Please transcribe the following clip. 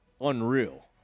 unreal